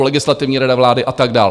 Legislativní rada vlády a tak dál?